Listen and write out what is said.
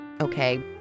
Okay